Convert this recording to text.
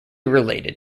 related